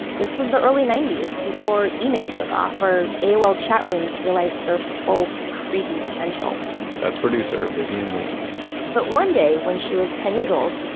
this was the early ninety s before email took off or aol chat rooms realized their full creepy potential that's producer vivian le but one day when she was ten years old,